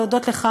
להודות לך,